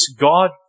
God